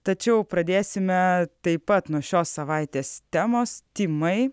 tačiau pradėsime taip pat nuo šios savaitės temos tymai